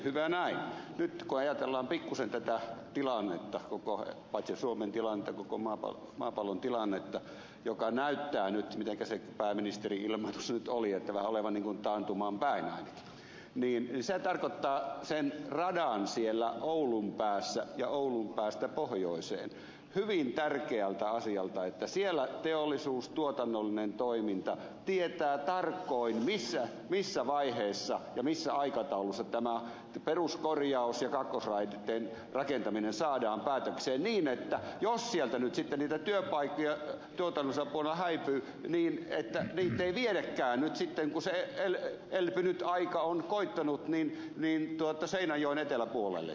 nyt kun ajatellaan pikkuisen tätä tilannetta paitsi suomen tilannetta niin koko maapallon tilannetta joka näyttää mitenkä se pääministerin ilmoitus nyt oli vähän olevan niin kuin taantumaan päin ainakin niin se tarkoittaa sen radan oulun päässä ja oulun päästä pohjoiseen sitä hyvin tärkeää asiaa että siellä teollisuuden tuotannollisen toiminnan tulisi tarkoin missä vaiheessa ja missä aikataulussa tämä peruskorjaus ja kakkosraiteen rakentaminen saadaan päätökseen niin että jos sieltä nyt niitä työpaikkoja tuotannolliselta puolelta häipyy niin niitä ei viedäkään sitten kun se elpynyt aika on koittanut seinäjoen eteläpuolelle